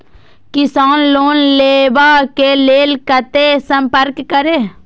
किसान लोन लेवा के लेल कते संपर्क करें?